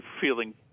feeling